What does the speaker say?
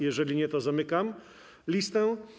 Jeżeli nie, to zamykam listę.